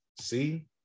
See